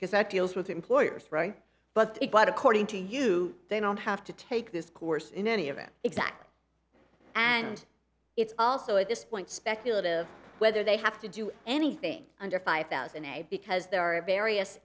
because that deals with employers right but it but according to you they don't have to take this course in any event exactly and it's also at this point speculative whether they have to do anything under five thousand a because there are various